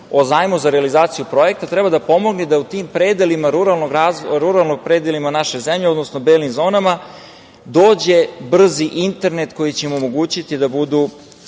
o zajmu za realizaciju projekta, treba da pomogne da u tim predelima ruralnim predelima naše zemlje, odnosno belim zonama dođe brzi internet koji će omogućiti da budu